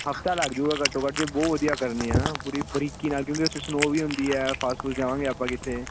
ਹਫ਼ਤਾ ਲੱਗ ਜਾਊਗਾ ਘੱਟੋ ਘੱਟ ਜੇ ਬਹੁਤ ਵਧੀਆ ਕਰਨੀ ਆ ਪੂਰੀ ਬਰੀਕੀ ਨਾਲ ਕਿਉਂਕਿ ਉੱਥੇ ਸਨੋਅ ਵੀ ਹੁੰਦੀ ਹੈ ਫਸ ਫੁਸ ਜਾਵਾਂਗੇ ਆਪਾਂ ਕਿਤੇ